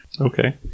Okay